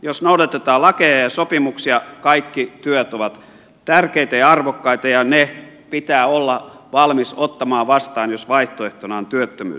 jos noudatetaan lakeja ja sopimuksia kaikki työt ovat tärkeitä ja arvokkaita ja ne pitää olla valmis ottamaan vastaan jos vaihtoehtona on työttömyys